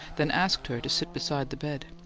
then asked her to sit beside the bed.